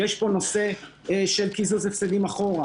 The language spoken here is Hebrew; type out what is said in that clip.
יש פה נושא של קיזוז הפסדים אחורה.